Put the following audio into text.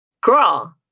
Girl